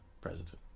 President